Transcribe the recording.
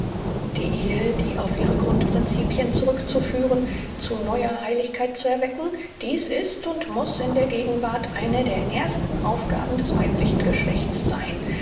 die ehe auf ihre grundprincipien zurückzuführen zu neuer heiligkeit zu erwecken dies ist und muß in der gegenwart eine der ersten aufgaben des weiblichen geschlechts sein